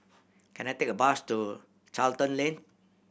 can I take a bus to Charlton Lane